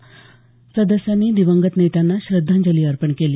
अनेक सदस्यांनी दिवंगत नेत्यांना श्रद्धांजली अर्पण केली